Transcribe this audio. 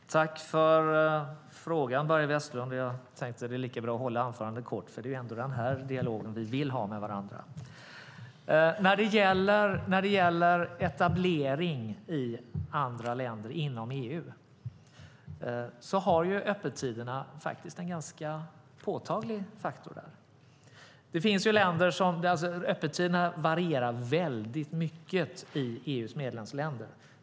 Herr talman! Tack för frågan, Börje Vestlund! Jag tänkte att det var lika bra att hålla anförandet kort, för det är ändå den här dialogen vi vill ha med varandra. När det gäller etablering i andra länder inom EU är öppettiderna en ganska påtalig faktor. Öppettiderna varierar väldigt mycket mellan EU:s medlemsländer.